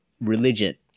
religion